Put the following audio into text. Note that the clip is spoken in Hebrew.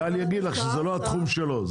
גל יגיד לך שזה לא התחום שלו.